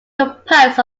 composed